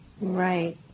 Right